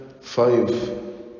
five